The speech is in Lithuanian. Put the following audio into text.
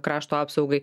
krašto apsaugai